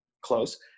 Close